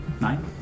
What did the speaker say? Nine